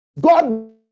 God